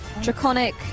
Draconic